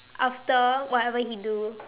after whatever he do